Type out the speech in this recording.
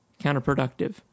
counterproductive